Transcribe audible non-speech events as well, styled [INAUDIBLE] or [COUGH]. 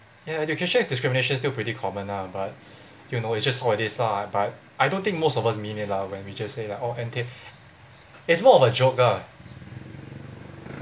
ya education discrimination is still pretty common lah but [BREATH] you know it's just how it is lah but I don't think most of us mean it lah when we just say like orh N_T it's more of a joke ah